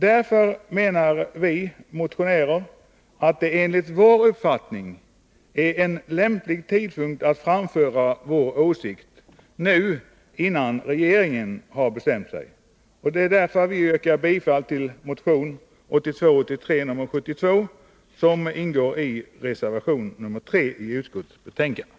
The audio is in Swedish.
Därför menar vi motionärer att det nu är en lämplig tidpunkt att framföra vår åsikt, innan regeringen har bestämt sig. Vi yrkar bifall till reservation 3 i utskottets betänkande, där motion 1982/83:72 tas upp.